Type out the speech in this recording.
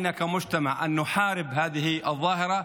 בתור חברה עלינו להילחם בתופעה הזאת,